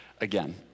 again